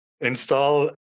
install